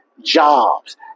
jobs